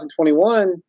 2021